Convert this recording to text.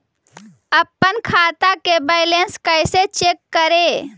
अपन खाता के बैलेंस कैसे चेक करे?